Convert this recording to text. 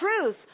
truth